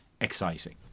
exciting